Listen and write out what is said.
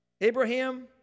Abraham